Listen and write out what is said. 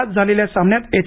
आज झालेल्या सामन्यात एच